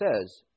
says